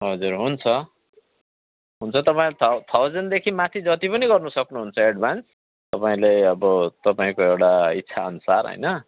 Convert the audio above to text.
हजुर हुन्छ हुन्छ तपाईँ था थाउज्यान्डदेखि माथि जति पनि गर्नु सक्नुहुन्छ एड्भान्स तपाईँले अब तपाईँको एउटा इच्छाअनुसार होइन